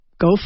go